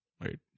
Right